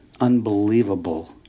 unbelievable